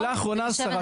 רגע, שאלה אחרונה, השרה.